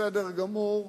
בסדר גמור.